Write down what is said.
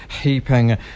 heaping